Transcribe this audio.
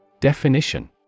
Definition